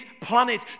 planet